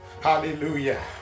Hallelujah